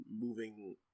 moving